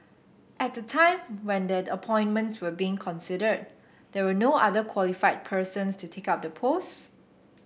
at the time when the appointments were being considered there were no other qualified persons to take up the posts